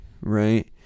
right